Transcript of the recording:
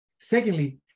Secondly